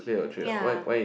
ya